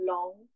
Long